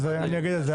אני אגיד את זה.